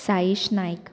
Saish Naik